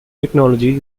technology